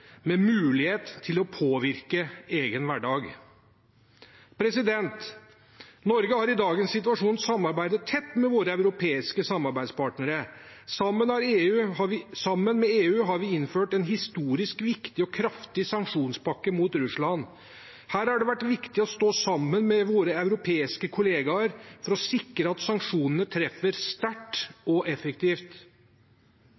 med mulighet til å påvirke egen hverdag. Norge har i dagens situasjon samarbeidet tett med våre europeiske samarbeidspartnere. Sammen med EU har vi innført en historisk viktig og kraftig sanksjonspakke mot Russland. Her har det vært viktig å stå sammen med våre europeiske kollegaer for å sikre at sanksjonene treffer sterkt